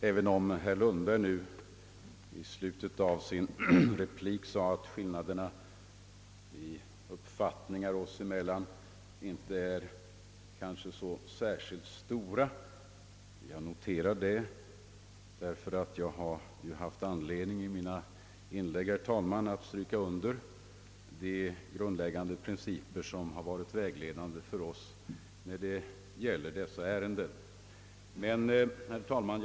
Herr talman! Herr Lundberg sade i slutet av sitt senaste inlägg att skillnaden mellan hans uppfattning och min inte är så särskilt stor. Jag noterar detta, ty jag har i mina inlägg haft anledning, herr talman, att understryka de grundläggande principer som varit vägledande för oss när det gäller dessa ärenden.